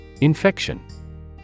Infection